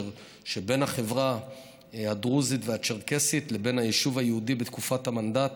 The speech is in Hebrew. שבין החברה הדרוזית והצ'רקסית לבין היישוב היהודי בתקופת המנדט